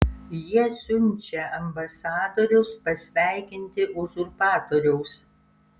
jie siunčia ambasadorius pasveikinti uzurpatoriaus